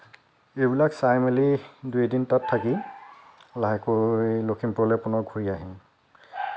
এইবিলাক চাই মেলি দুই এদিন তাত থাকি লাহেকৈ লখিমপুৰলৈ পুণৰ ঘূৰি আহিম